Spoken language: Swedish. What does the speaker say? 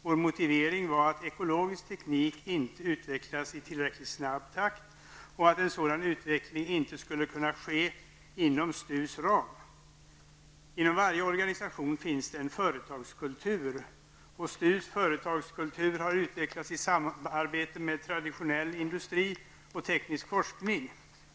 Vår motivering var att ekologisk teknik inte utvecklas i tillräckligt snabb takt och att en sådan utveckling inte skulle kunna ske inom STUs ram. Inom varje organisation finns det en företagskultur. STUs företagskultur har utvecklats i samarbete med traditionell industri och teknisk forskning.